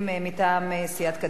מטעם סיעת קדימה,